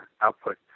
output